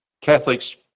Catholics